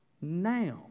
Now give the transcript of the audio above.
now